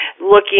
looking